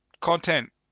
Content